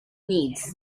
needs